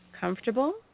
comfortable